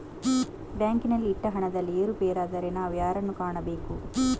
ಬ್ಯಾಂಕಿನಲ್ಲಿ ಇಟ್ಟ ಹಣದಲ್ಲಿ ಏರುಪೇರಾದರೆ ನಾವು ಯಾರನ್ನು ಕಾಣಬೇಕು?